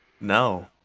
no